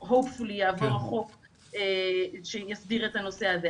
נקווה שיעבור החוק שיסדיר את הנושא הזה,